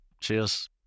Cheers